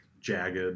jagged